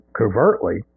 covertly